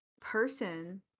person